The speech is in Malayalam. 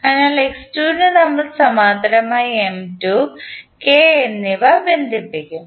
അതിനാൽ x2 ന് നമ്മൾ സമാന്തരമായി M2 K എന്നിവ ബന്ധിപ്പിക്കും